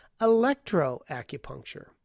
electroacupuncture